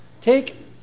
Take